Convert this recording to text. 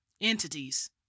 entities